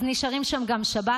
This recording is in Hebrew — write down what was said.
אז נשארים שם גם שבת.